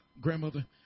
grandmother